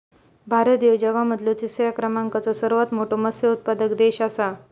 भारत ह्यो जगा मधलो तिसरा क्रमांकाचो सर्वात मोठा मत्स्य उत्पादक देश आसा